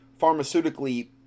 pharmaceutically